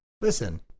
Listen